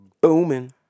Booming